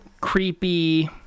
creepy